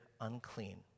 unclean